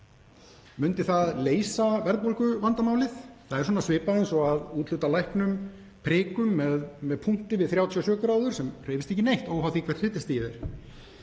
Myndi það leysa verðbólguvandamálið? Það er svona svipað og að úthluta læknum prikum með punkti við 37° sem hreyfist ekki neitt óháð því hvert hitastigið